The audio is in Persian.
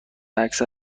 عکس